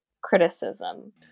criticism